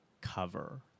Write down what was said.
cover